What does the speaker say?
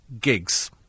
gigs